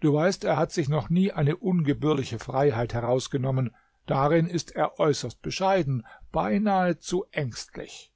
du weißt er hat sich noch nie eine ungebührliche freiheit herausgenommen darin ist er äußerst bescheiden beinahe zu ängstlich